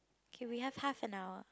K we have half an hour